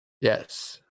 Yes